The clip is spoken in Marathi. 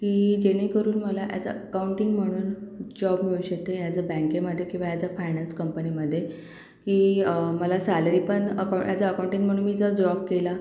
की जेणेकरून मला अॅज अ अकाऊंटिंग म्हणून जॉब मिळू शकते अॅज अ बँकेमध्ये किंवा अॅज अ फायणॅन्स कंपनीमध्ये की मला सॅलरी पण अकॉ अॅज अ अकाऊंटिंग म्हणून मी जर जॉब केला